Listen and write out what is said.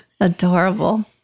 adorable